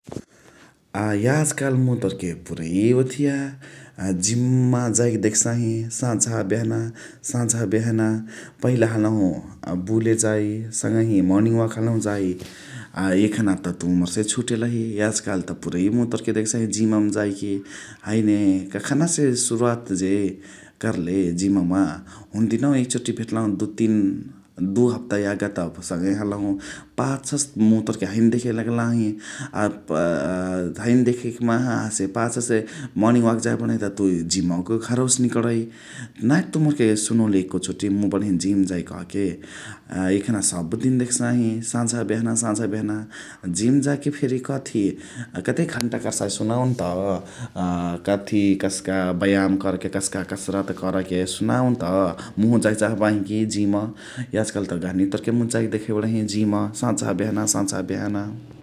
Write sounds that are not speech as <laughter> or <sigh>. <noise> याज कालु मुइ तोरके ओथिया पुरै जिम मा जाएके देखसाही साझा बेहना साझा बेहना । पहिला हलहु सँगही बुले जाइ मर्निङ वाल्क हलहु जाऐ अ एखाने त तुइ मोरसे छुटियलही याज काल त मुइ तोरके पुरै देखसाही जिम मा जाइकी । हैने कखनासे सुरुवात जे कर्ले जिम मा । हुन्देनवा एक चोटी भेटलाहु दुइ तीन दुइ हप्ता यागा त सँगही हलहु पाछासे मुइ तोरके हैने देखे लगलाही । अ <hesitation> हैने देखइकी माहा हसे पाछसे मर्निङ वाल्क जाइ बणही त तुइ जिमवक घरवसे निकणइ नाही त तुइ मोरके सुनोले एकोचोटी मुइ बणही जिम जाइ कहके । अ एखाने सब दिन देखसाही साझा बेहना साझा बेहना । जिम जाके फेरी कथी कतेक <noise> घण्टाअ कर्साही सुनाउनत । अ कथी कस्का अ बयाम करके कस्क कसरत करके सुनाउनत मुहु जाए चाहबाही कि जिम । याज कालु त मुइ तोरके गहनी देखै बणही जाइके जिम साझा बेहना साझा बेहना ।